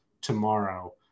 tomorrow